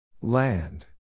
Land